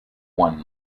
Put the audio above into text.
one